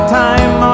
time